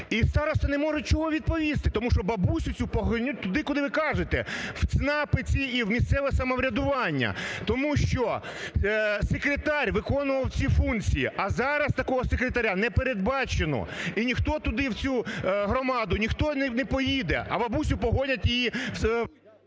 І старості нема чого відповісти, тому що бабусю цю погонять туди, куди ви кажете, в ЦНАПи ці і в місцеве самоврядування. Тому що секретар виконував ці функції, а зараз такого секретаря не передбачено, і ніхто туди в цю громаду, ніхто не поїде. А бабусю погонять її в...